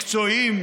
מקצועיים,